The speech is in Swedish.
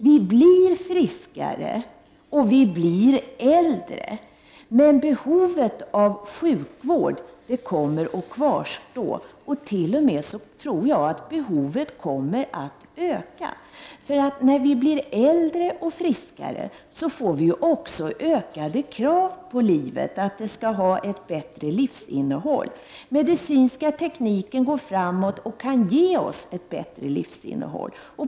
Vi blir friskare, och vi blir äldre, men behovet av sjukvård kommer att kvarstå och t.o.m., tror jag, att öka. När vi blir friskare och äldre får vi också ökade krav på livet — att det skall ha ett bättre innehåll. Den medicinska tekniken går framåt, och vi kan därigenom få ett bättre livsinnehåll.